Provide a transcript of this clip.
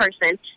person